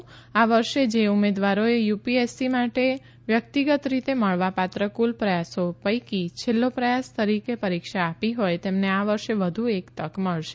ગયા વર્ષે જે ઉમેદવારોએ યુપીએસસી માટે વ્યકિતગત રીતે મળવાપાત્ર કુલ પ્રથાસો પૈકી છેલ્લો પ્રયાસ તરીકે પરીક્ષા આપી હોય તેમને આ વર્ષે વધુ એક તક મળશે